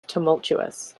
tumultuous